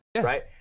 right